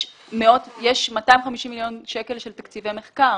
יש 250 שקלים של תקציבי מחקר.